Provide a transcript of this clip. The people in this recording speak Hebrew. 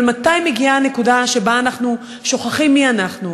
אבל מתי מגיעה הנקודה שבה אנחנו שוכחים מי אנחנו,